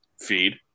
feed